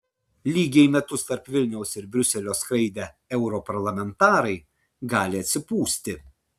lygiai metus tarp vilniaus ir briuselio skraidę europarlamentarai gali atsipūsti